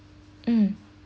mm